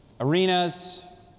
arenas